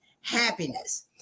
happiness